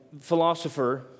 philosopher